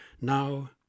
now